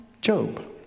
Job